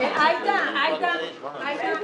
מי שבעד העברת החוק לוועדה המשותפת ירים את ידו.